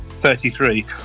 33